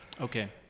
Okay